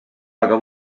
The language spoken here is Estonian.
aga